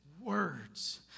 words